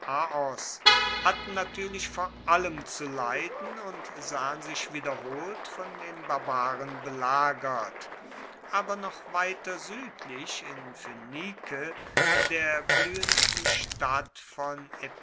hatten natuerlich vor allem zu leiden und sahen sich wiederholt von den barbaren belagert aber noch weiter suedlich in phoenike der bluehendsten stadt von